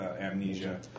amnesia